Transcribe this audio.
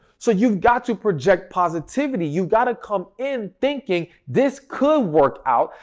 so, you've got to project positivity, you've got to come in thinking this could work out,